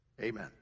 amen